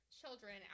children